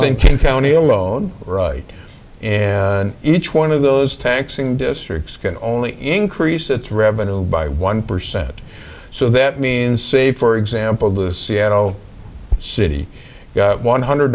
thinking county alone right and each one of those taxing districts can only increase its revenue by one percent so that means say for example the seattle city got one hundred